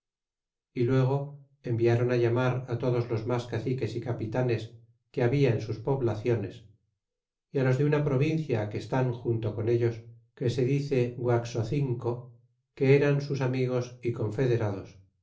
y luego enviáron á llamar todos los mas caciques y capitanes que habla en sus poblaciones y a los de una provincia que estan junto con ellos que se dice guaxocingo que eran sus amigos y confederados